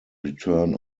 return